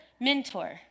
mentor